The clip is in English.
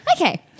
Okay